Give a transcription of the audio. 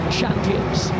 champions